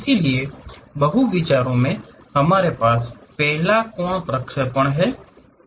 इसलिए बहु विचारों में हमारे पास पहले कोण का प्रक्षेपण हैं